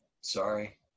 Sorry